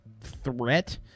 threat